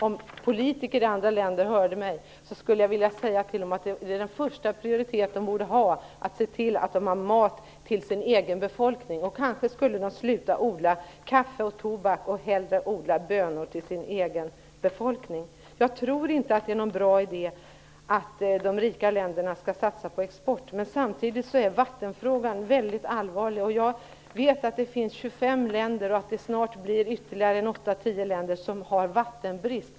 Om politiker i andra länder nu hörde mig skulle jag vilja säga till dem att det första de borde prioritera är att de ser till att det finns mat till den egna befolkningen. Kanske skulle man sluta odla kaffe och tobak och i stället odla bönor för den egna befolkningen. Jag tror inte att det är en bra idé att rika länder skall satsa på export. Men samtidigt är vattenfrågan väldigt allvarlig. Jag vet att 25 länder - snart gäller det ytterligare åtta eller tio länder - har vattenbrist.